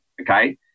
Okay